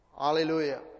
Hallelujah